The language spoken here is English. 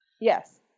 Yes